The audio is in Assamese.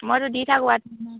মইতো দি থাকোঁ